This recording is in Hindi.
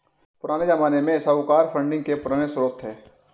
पुराने ज़माने में साहूकार फंडिंग के मुख्य श्रोत थे